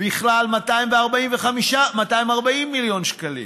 בכלל 240 מיליון שקלים.